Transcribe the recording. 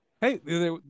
Hey